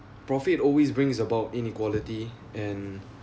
profit always brings about inequality and